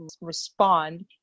respond